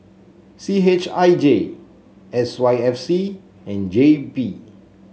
C H I J S Y F C and J P